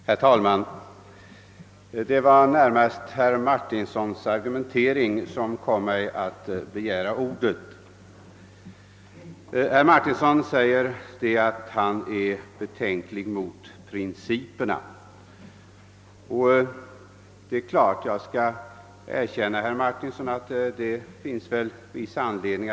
Herr talman! Det var närmast herr Martinssons argumentering som föranledde mig att begära ordet. Herr Martinsson säger att han hyser betänkligheter mot principerna, och jag kan erkänna att det finns anledning att göra det.